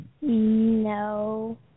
No